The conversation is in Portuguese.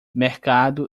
mercado